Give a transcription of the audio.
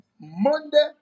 Monday